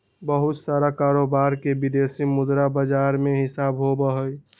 बहुत सारा कारोबार के विदेशी मुद्रा बाजार में हिसाब होबा हई